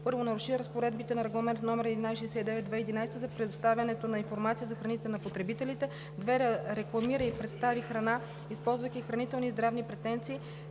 1. наруши разпоредби на Регламент № 1169/2011 за предоставянето на информация за храните на потребителите; 2. рекламира и представи храни, използвайки хранителни и здравни претенции,